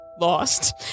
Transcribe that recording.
lost